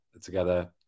together